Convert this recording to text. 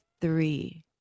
three